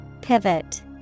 Pivot